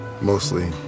Mostly